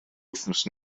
wythnos